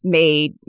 made